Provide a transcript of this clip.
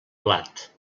blat